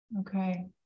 okay